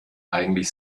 eigentlich